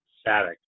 static